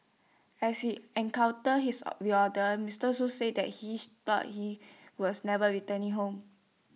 as he encounter his reorder Mister Shoo said that he thought he was never returning home